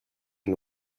and